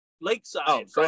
Lakeside